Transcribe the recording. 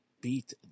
beat